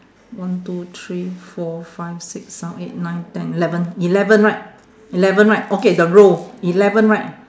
one two three four five six seven eight nine ten eleven eleven right eleven right okay the row eleven right